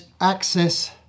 access